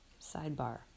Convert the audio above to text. sidebar